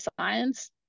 science